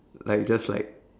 like just like